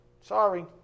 sorry